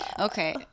Okay